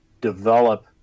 develop